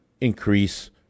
increase